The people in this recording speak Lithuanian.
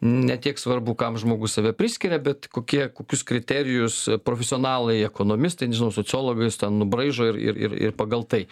ne tiek svarbu kam žmogus save priskiria bet kokie kokius kriterijus profesionalai ekonomistai nežinau sociologai jis ten nubraižo ir ir ir pagal tai